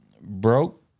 Broke